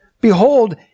Behold